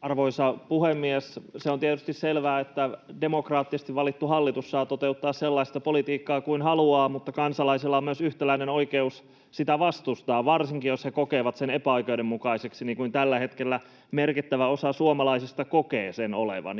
Arvoisa puhemies! Se on tietysti selvää, että demokraattisesti valittu hallitus saa toteuttaa sellaista politiikkaa kuin haluaa, mutta kansalaisilla on yhtäläinen oikeus sitä myös vastustaa, varsinkin jos he kokevat sen epäoikeudenmukaiseksi, niin kuin tällä hetkellä merkittävä osa suomalaisista kokee.